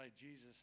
Jesus